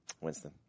Winston